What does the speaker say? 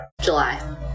July